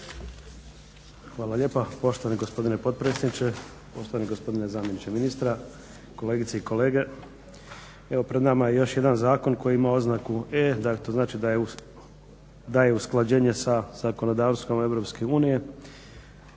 Hvala lijepa. Poštovani gospodine potpredsjedniče, poštovani gospodine zamjeniče ministra, kolegice i kolege. Evo pred nama je još jedan zakon koji ima oznaku E. To znači da je usklađenje sa zakonodavstvom